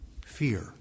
Fear